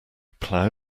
plough